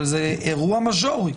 אבל זה אירוע מז'ורי,